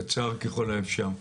קצר ככל האפשר.